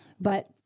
but-